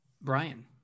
brian